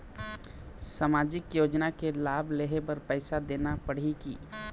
सामाजिक योजना के लाभ लेहे बर पैसा देना पड़ही की?